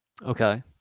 Okay